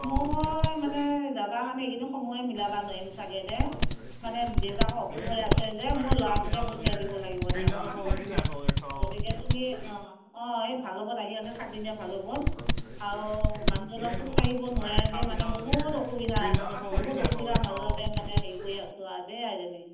মই মানে যাবা কাৰণে এইকেইদিন সময়ে মিলাবা নোৱাৰিম চাগে দেই মানে দেউতাকৰ অসুখ হৈ আছে যে মোৰ ল'ৰাটোকে পঠিয়াই দিব লাগিব তাৰমানে গতিকে তুমি অঁ অঁ এই ভাগৱত আহি আছে সাতদিনীয়া ভাগৱত আৰু মানুহজনক খোজকাঢ়িব নোৱাৰে যে মানে বহুত অসুবিধা বহুত অসুবিধাৰ মাজতে মানে হেৰি কৰি আছোঁ আৰু দেই আইজনী